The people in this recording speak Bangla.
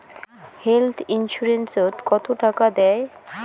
হেল্থ ইন্সুরেন্স ওত কত টাকা দেয়?